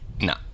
No